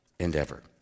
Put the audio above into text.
endeavor